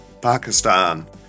Pakistan